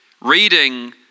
reading